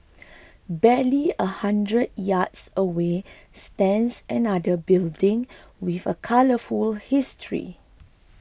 barely a hundred yards away stands another building with a colourful history